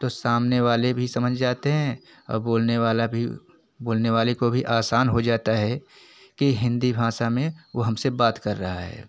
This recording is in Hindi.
तो सामने वाले भी समझ जाते हैं और बोलने वाला भी बोलने वाले को भी आसान हो जाता है कि हिंदी भाषा में वह हम से बात कर रहा है